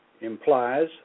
implies